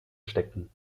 steckten